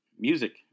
music